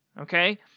Okay